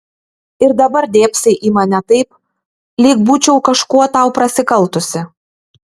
ir dabar dėbsai į mane taip lyg būčiau kažkuo tau prasikaltusi